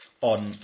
on